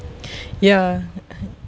ya